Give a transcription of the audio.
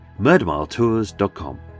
murdermiletours.com